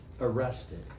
arrested